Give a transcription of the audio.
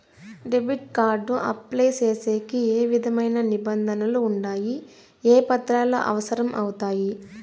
Debit card apply సేసేకి ఏ విధమైన నిబంధనలు ఉండాయి? ఏ పత్రాలు అవసరం అవుతాయి?